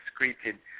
excreted